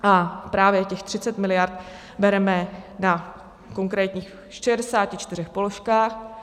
A právě těch 30 miliard bereme na konkrétních 64 položkách.